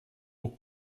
mot